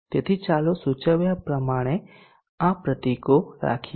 તેથી ચાલો સૂચવ્યા મુજબ આ પ્રતીકો રાખીએ